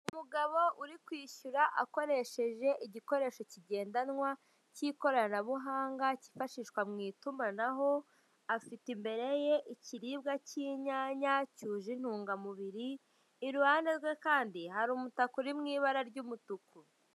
Umugabo uri kwishyura akoresheje igikoresho kigendanwa cy'ikoranabuhanga cyifashishwa mu itumanaho, afite imbere ye ikiribwa cy'inyana cyuje intungamubiri, i ruhande rwe kandi hari umutaka uri mu ibara ry'umutuku.